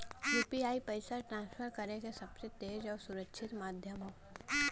UPI पइसा transfer करे क सबसे तेज आउर सुरक्षित माध्यम हौ